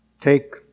take